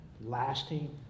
lasting